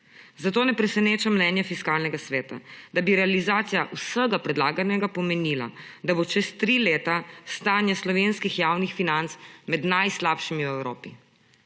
Zato ne preseneča mnenje Fiskalnega sveta, da bi realizacija vsega predlaganega pomenila, da bo čez tri leta stanje slovenskih javnih financ med najslabšimi v Evropi.